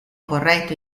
corretto